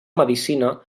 medicina